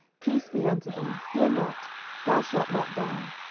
peace be unto thee fear not thou shalt not die.